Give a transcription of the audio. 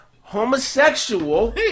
homosexual